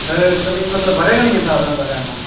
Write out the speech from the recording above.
ᱦᱟᱹᱨ ᱛᱟᱦᱚᱞᱮ ᱤᱧ ᱢᱟ ᱵᱟᱨᱭᱟ ᱜᱟᱱ ᱤᱧ ᱦᱟᱛᱟᱣᱟ ᱛᱟᱦᱚᱞᱮ ᱠᱷᱟᱡ ᱢᱟ